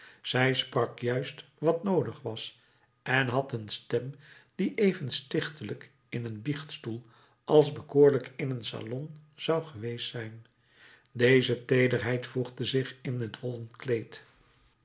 zij sprak juist wat noodig was en had een stem die even stichtelijk in een biechtstoel als bekoorlijk in een salon zou geweest zijn deze teederheid voegde zich in het wollen kleed